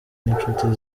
n’inshuti